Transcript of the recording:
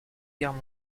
guerre